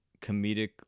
comedic